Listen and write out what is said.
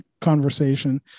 conversation